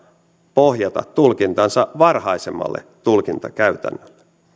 pohjata tulkintansa varhaisemmalle tulkintakäytännölle